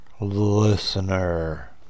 listener